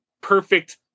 perfect